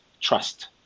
trust